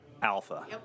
Alpha